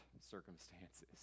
circumstances